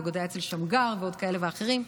זה גם היה אצל שמגר ועוד כאלה ואחרים.